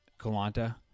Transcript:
Kalanta